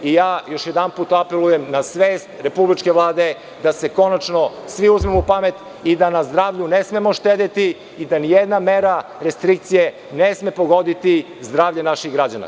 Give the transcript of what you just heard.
Još jedanput apelujem na svest republičke Vlade, da se konačno svi uzmemo u pamet i da na zdravlju ne smemo štedeti i da nijedna mera restrikcije ne sme pogoditi zdravlje naših građana.